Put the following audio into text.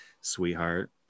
sweetheart